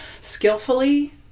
skillfully